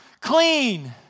clean